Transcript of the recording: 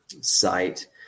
site